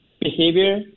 behavior